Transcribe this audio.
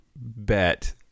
bet